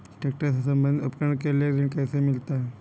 Tractor से संबंधित उपकरण के लिए ऋण कैसे मिलता है?